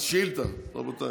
אז שאילתה, רבותיי.